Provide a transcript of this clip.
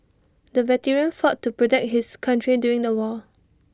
the veteran fought to protect his country during the war